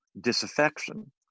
disaffection